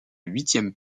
huitième